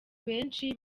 benshi